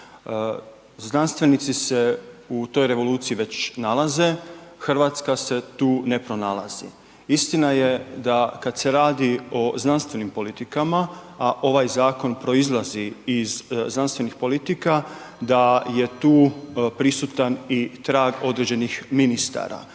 Znanstvenici se u toj revoluciji već nalaze, Hrvatska se tu ne pronalazi. Istina je da kad se radi o znanstvenim politikama, a ovaj zakon proizlazi iz znanstvenih politika, da je tu prisutan i trag određenih ministara.